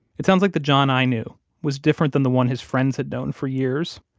it sounds like the john i knew was different than the one his friends had known for years.